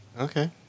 Okay